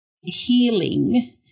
healing